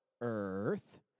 Earth